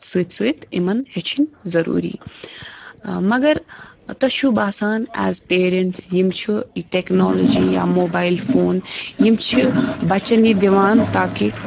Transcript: سۭتۍ سۭتۍ یِمن ہیٚچھِنۍ ضٔروٗری مگر تۄہہِ چھُو باسان اَیٚز پَیرَنٛٹٕس یِم چھِ یہِ ٹَیٚکنالٕجِی یا موبایِل فون یِم چھِ بَچَن یہِ دِوان تاکہِ